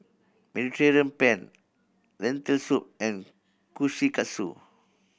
Mediterranean Penne Lentil Soup and Kushikatsu